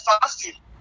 fácil